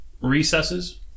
recesses